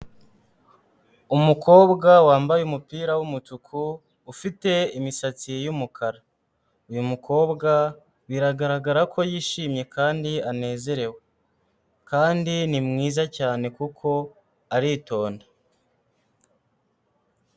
Umukobwa wambaye umupira w'umutuku ufite imisatsi y'umukara, uyu mukobwa biragaragara ko yishimye kandi anezerewe, kandi ni mwiza cyane kuko aritonda.